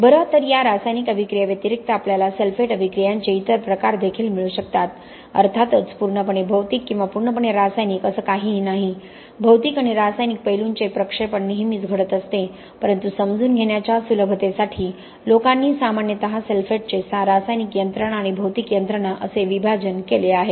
बर तर या रासायनिक अभिक्रियेव्यतिरिक्त आपल्याला सल्फेट अभिक्रियाचे इतर प्रकार देखील मिळू शकतात अर्थातच पूर्णपणे भौतिक किंवा पूर्णपणे रासायनिक असे काहीही नाही भौतिक आणि रासायनिक पैलूंचे एक प्रक्षेपण नेहमीच घडत असते परंतु समजून घेण्याच्या सुलभतेसाठी लोकांनी सामान्यतः सल्फेटचे रासायनिक यंत्रणा आणि भौतिक यंत्रणां असे विभाजन केले आहे